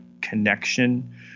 connection